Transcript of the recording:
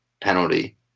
penalty